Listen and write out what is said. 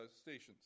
stations